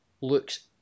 looks